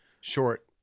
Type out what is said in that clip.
short